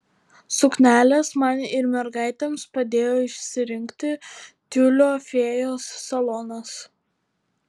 sukneles man ir mergaitėms padėjo išsirinkti tiulio fėjos salonas